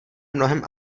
mnohem